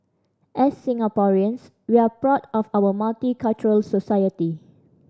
as Singaporeans we're proud of our multicultural society